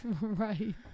Right